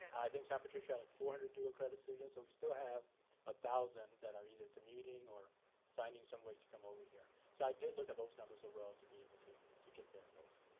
i think san patricio had like four hundred dual credit students. so, we still have ah thousand that are either commuting or finding some way to come over here. so, i did look at those numbers, as well, to be able to to compare those.